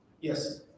Yes